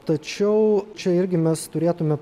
tačiau čia irgi mes turėtume